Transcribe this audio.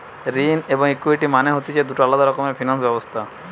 ঋণ এবং ইকুইটি মানে হতিছে দুটো আলাদা রকমের ফিনান্স ব্যবস্থা